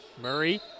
Murray